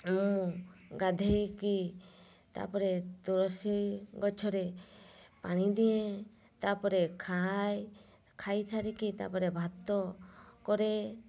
ମୁଁ ଗାଧୋଇକି ତା'ପରେ ତୁଳସୀ ଗଛରେ ପାଣି ଦିଏ ତା'ପରେ ଖାଏ ଖାଇସାରିକି ତା'ପରେ ଭାତ କରେ